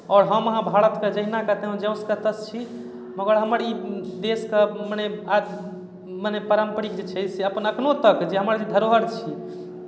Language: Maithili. आओर हम अहाँ भारतके जहिनाके त्योँ जसके तस छी मगर हमर ई देशके मने आज मने पारम्परिक जे छै से मने एखनहु तक जे हमर धरोहर छी